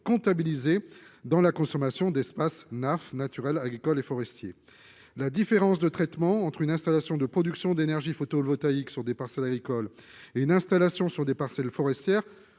comptabilisées dans la consommation d'espaces NAF, naturels, agricoles et forestiers ». La différence de traitement entre une installation de production d'énergie photovoltaïque sur des parcelles agricoles et une installation sur des parcelles forestières